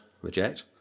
reject